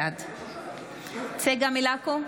בעד צגה מלקו,